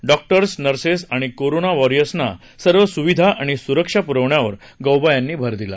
doctors nurses आणि corona वॉरियर्सना सर्व सुविधा आणि सुरक्षा पुरवण्यावर गौबा यांनी भर दिला